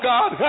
God